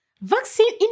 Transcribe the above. Vaccine